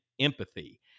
empathy